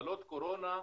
מגבלות קורונה,